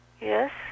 Yes